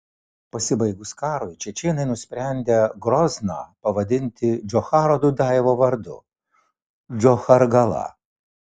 pasibaigus karui čečėnai nusprendę grozną pavadinti džocharo dudajevo vardu džochargala